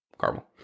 Caramel